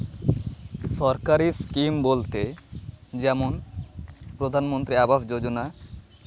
ᱥᱚᱨᱠᱟᱨᱤ ᱥᱠᱤᱢ ᱵᱚᱞᱛᱮ ᱡᱮᱢᱚᱱ ᱯᱨᱚᱫᱷᱟᱱ ᱢᱚᱱᱛᱨᱤ ᱟᱵᱟᱥ ᱡᱳᱡᱚᱱᱟ